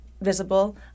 visible